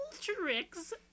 tricks